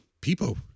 people